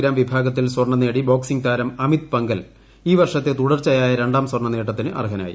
gram വിഭാഗത്തിൽ സ്വർണ്ണ് ഐടി ബോക്സിംഗ് താരം അമിത് പംഘൽ ഈ വർഷത്തെ തിട്ടർച്ചയായ രണ്ടാം സ്വർണ്ണ നേട്ടത്തിന് അർഹനായി